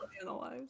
analyze